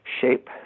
shape